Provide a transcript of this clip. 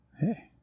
Hey